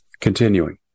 Continuing